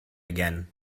again